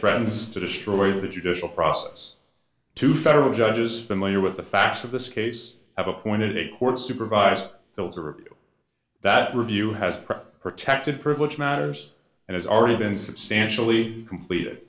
threatens to destroy the judicial process to federal judges familiar with the facts of this case have appointed a court supervised those are that review has protected privileged matters and has already been substantially completed